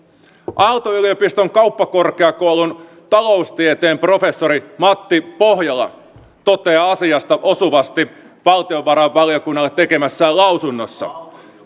aalto yliopiston kauppakorkeakoulun taloustieteen professori matti pohjola toteaa asiasta osuvasti valtiovarainvaliokunnalle tekemässään lausunnossa